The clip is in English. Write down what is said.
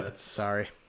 Sorry